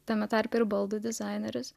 tame tarpe ir baldų dizaineris